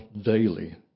daily